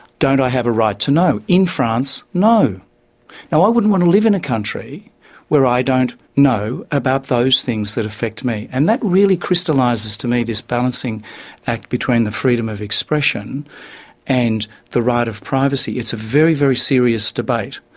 don't i have a right to know? in france, no. now, i wouldn't want to live in a country where i don't know about those things that affect me, and that really crystallises to me this balancing act between the freedom of expression and the right of privacy. it's a very, very serious debate.